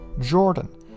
Jordan